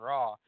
Raw